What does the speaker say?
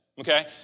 Okay